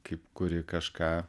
kaip kuri kažką